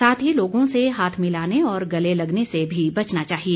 साथ ही लोगों से हाथ मिलाने और गले लगने से भी बचना चाहिए